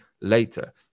later